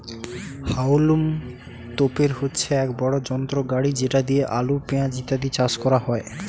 হাউলম তোপের হচ্ছে এক বড় যন্ত্র গাড়ি যেটা দিয়ে আলু, পেঁয়াজ ইত্যাদি চাষ করা হয়